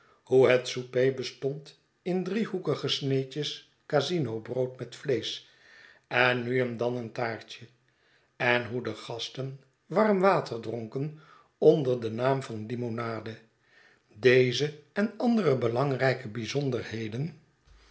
het souper bestond in driehoekige sneetjes casinobrood met vleesch en nu en dan een taartje en hoe de gasten warm water dronken onder den naam van limonade deze en andere belangrijke bijzonderheden